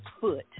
foot